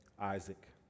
Isaac